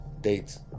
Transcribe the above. dates